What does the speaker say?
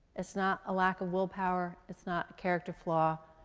it's not a lack of willpower, it's not a character flaw,